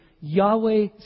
Yahweh